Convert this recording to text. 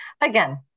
Again